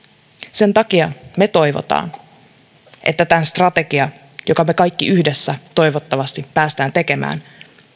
sen takia me toivomme että tämän strategian jonka me kaikki yhdessä toivottavasti pääsemme tekemään